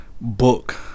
book